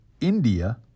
India